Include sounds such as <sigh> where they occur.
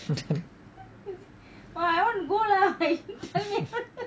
<laughs>